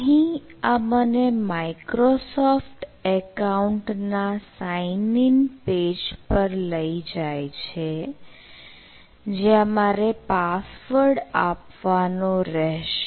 અહીં આ મને માઇક્રોસોફ્ટ એકાઉન્ટ ના સાઇન ઇન પેજ પર લઇ જાય છે જ્યાં મારે પાસવર્ડ આપવાનો રહેશે